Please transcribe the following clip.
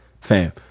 fam